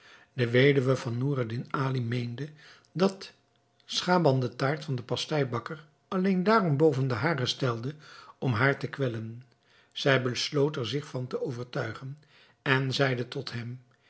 de weduwe van noureddin ali meende dat schaban de taart van den pasteibakker alleen daarom boven de hare stelde om haar te kwellen zij besloot er zich van te overtuigen en zeide tot hem